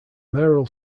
mayoral